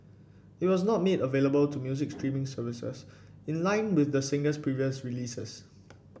it was not made available to music streaming services in line with the singer's previous releases